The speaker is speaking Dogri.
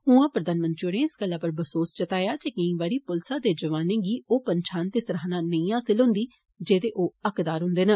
उआं प्रधानमंत्री होरें इस गल्लै पर बसोस जताया जे केई बारी पुलसा दे जवानें गी ओह पन्छान ते सराहना नेई हासल हंदी जेहदे ओह हकदार हंदे न